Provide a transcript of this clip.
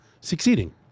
succeeding